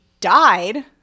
died